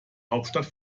hauptstadt